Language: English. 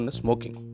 smoking